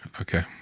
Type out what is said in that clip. Okay